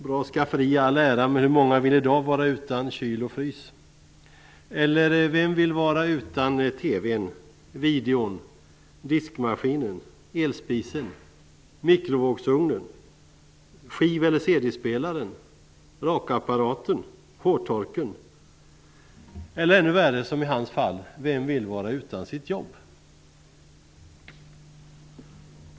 Bra skafferi i all ära, men hur många vill vara utan kyl och frys, eller vem vill vara utan TV, video, diskmaskin, elspis, mikrovågsugn, skiv eller CD-spelare, rakapparat, hårtork, eller ännu värre som i hans fall utan sitt jobb?